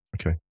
okay